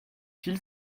file